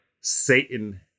Satan